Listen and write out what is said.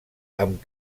amb